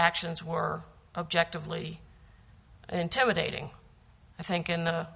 actions were objectively interrogating i think in the